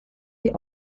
die